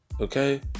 Okay